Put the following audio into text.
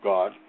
God